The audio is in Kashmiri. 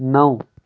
نَو